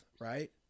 right